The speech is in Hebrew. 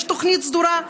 יש תוכנית סדורה,